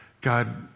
God